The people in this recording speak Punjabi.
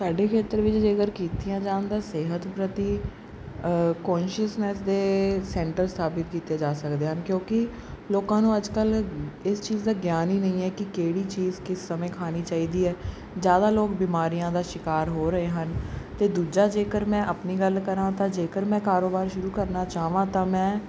ਸਾਡੇ ਖੇਤਰ ਵਿੱਚ ਜੇਕਰ ਕੀਤੀਆਂ ਜਾਣ ਤਾਂ ਸਿਹਤ ਪ੍ਰਤੀ ਕੌਂਸ਼ੀਅਸਨੈਸ ਦੇ ਸੈਂਟਰ ਸਥਾਪਿਤ ਕੀਤੇ ਜਾ ਸਕਦੇ ਹਨ ਕਿਉਂਕਿ ਲੋਕਾਂ ਨੂੰ ਅੱਜ ਕੱਲ੍ਹ ਇਸ ਚੀਜ਼ ਦਾ ਗਿਆਨ ਹੀ ਨਹੀਂ ਹੈ ਕਿ ਕਿਹੜੀ ਚੀਜ਼ ਕਿਸ ਸਮੇਂ ਖਾਣੀ ਚਾਹੀਦੀ ਹੈ ਜ਼ਿਆਦਾ ਲੋਕ ਬਿਮਾਰੀਆਂ ਦਾ ਸ਼ਿਕਾਰ ਹੋ ਰਹੇ ਹਨ ਅਤੇ ਦੂਜਾ ਜੇਕਰ ਮੈਂ ਆਪਣੀ ਗੱਲ ਕਰਾਂ ਤਾਂ ਜੇਕਰ ਮੈਂ ਕਾਰੋਬਾਰ ਸ਼ੁਰੂ ਕਰਨਾ ਚਾਹਾਂ ਤਾਂ ਮੈਂ